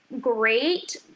great